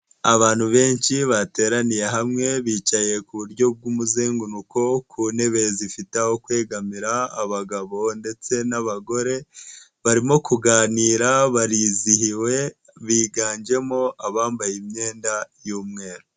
Abantu benshi bateraniye hamwe bicaye ku buryo bw'umuzenguruko ku ntebe zifite aho kwegamira abagabo ndetse n'abagore barimo kuganira barizihiwe, biganjemo abambaye imyenda y'umweru.